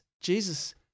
Jesus